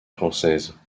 française